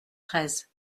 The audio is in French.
treize